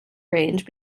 range